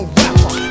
rapper